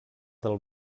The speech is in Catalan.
del